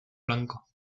blanco